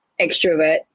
extrovert